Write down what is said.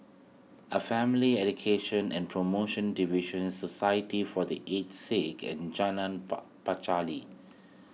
a Family Education and Promotion Division Society for the Aged Sick and Jalan Pacheli